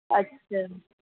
अच्छा